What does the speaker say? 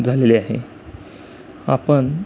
झालेली आहे आपण